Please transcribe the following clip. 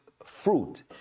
fruit